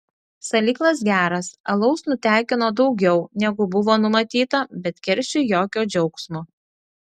salyklas geras alaus nutekino daugiau negu buvo numatyta bet keršiui jokio džiaugsmo